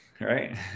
right